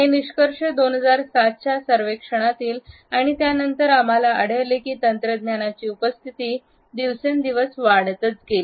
हे निष्कर्ष 2007 च्या सर्वेक्षणातील आणि त्यानंतर आम्हाला आढळले की तंत्रज्ञानाची उपस्थिती दिवसेंदिवस वाढतच गेली